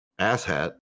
asshat